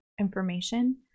information